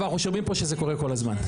אבל אנחנו שומעים פה שזה קורה כל הזמן,